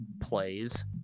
plays